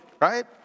right